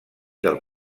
del